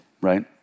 right